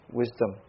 wisdom